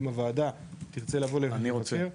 אם הוועדה תרצה לבוא לבקר,